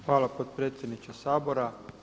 Hvala potpredsjedniče Sabora.